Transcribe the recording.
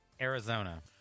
Arizona